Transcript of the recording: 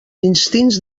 instints